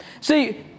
See